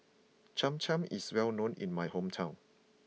Cham Cham is well known in my hometown